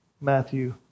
Matthew